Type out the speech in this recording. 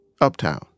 Uptown